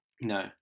No